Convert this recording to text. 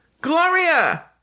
Gloria